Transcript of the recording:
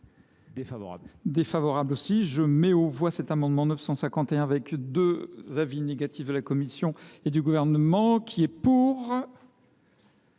défavorable.